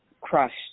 crushed